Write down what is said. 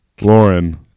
Lauren